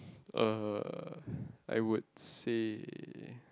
uh I would say